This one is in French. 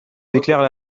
éclairent